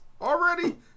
already